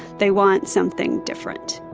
they want something different.